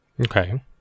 Okay